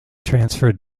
transferred